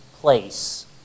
place